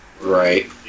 Right